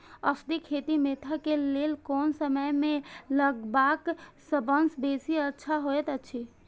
औषधि खेती मेंथा के लेल कोन समय में लगवाक सबसँ बेसी अच्छा होयत अछि?